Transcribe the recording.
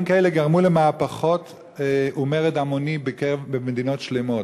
כאלה גרמו למהפכות ומרד המוני במדינות שלמות.